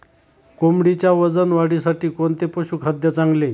कोंबडीच्या वजन वाढीसाठी कोणते पशुखाद्य चांगले?